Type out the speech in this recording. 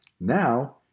Now